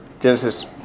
Genesis